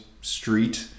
street